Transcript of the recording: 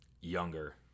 younger